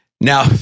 Now